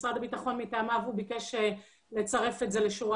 משרד הביטחון ביקש מטעמיו לצרף את זה לשורה